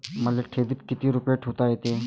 मले ठेवीत किती रुपये ठुता येते?